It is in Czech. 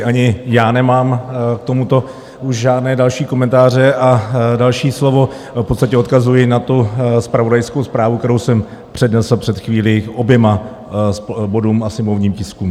Ani já nemám k tomuto už žádné další komentáře a další slovo v podstatě odkazuji na zpravodajskou zprávu, kterou jsem přednesl před chvílí k oběma bodům a sněmovním tiskům.